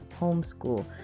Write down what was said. homeschool